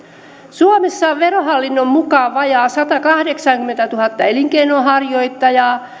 suomessa on verohallinnon mukaan vajaa satakahdeksankymmentätuhatta elinkeinonharjoittajaa